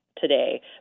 today